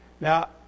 Now